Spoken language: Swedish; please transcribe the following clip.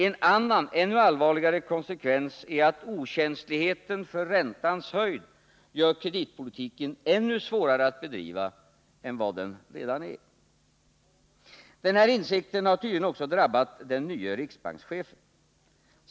En annan och ännu allvarligare konsekvens är att okänsligheten för räntans höjd gör kreditpolitiken ännu svårare att bedriva än vad den redan är. Den här insikten har tydligen också drabbat den nye riksbankschefen.